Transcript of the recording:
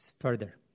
Further